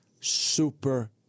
super